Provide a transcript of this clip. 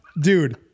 dude